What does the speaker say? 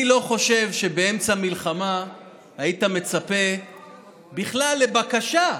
אני לא חושב שבאמצע מלחמה היית מצפה בכלל לבקשה,